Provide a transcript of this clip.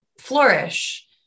flourish